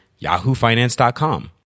yahoofinance.com